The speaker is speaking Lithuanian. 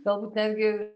galbūt netgi